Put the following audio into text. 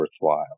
worthwhile